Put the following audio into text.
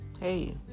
Hey